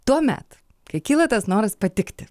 tuomet kai kyla tas noras patikti